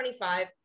25